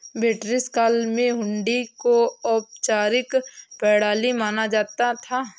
British काल में हुंडी को औपचारिक प्रणाली माना जाता था